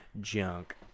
junk